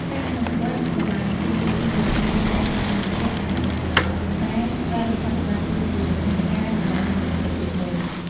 ការអនុវត្តល្បាតរួមគ្នារវាងមន្ត្រីឧទ្យានុរក្ស និងបុគ្គលិកអង្គការក្រៅរដ្ឋាភិបាល គឺជាយន្តការដ៏មានប្រសិទ្ធភាពមួយ។